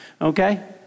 Okay